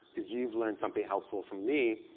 cause you've learned something helpful from me,